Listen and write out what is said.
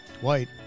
White